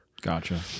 gotcha